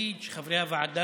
להגיד שחברי הוועדה